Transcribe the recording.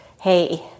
hey